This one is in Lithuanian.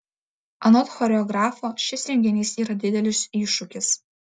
anot choreografo šis renginys yra didelis iššūkis